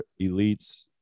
elites